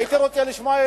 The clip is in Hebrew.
הייתי רוצה לשמוע,